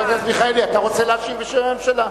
מיכאלי, אתה רוצה להשיב בשם הממשלה?